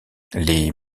les